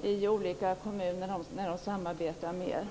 på i olika kommuner när de samarbetar med er moderater?